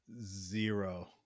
Zero